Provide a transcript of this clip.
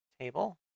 table